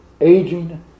aging